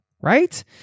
right